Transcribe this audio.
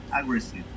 aggressive